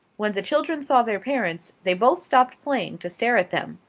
when the children saw their parents, they both stopped playing to stare at them.